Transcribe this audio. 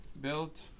build